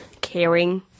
caring